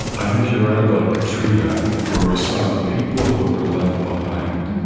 i think you're right about katrina, where we saw the people who were left behind,